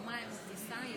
מצביע איימן עודה,